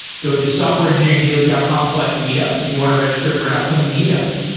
go to softwareengineeringdaily dot com slash meetup if you want to register for an upcoming meetup.